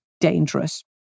Dangerous